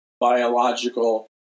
biological